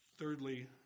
thirdly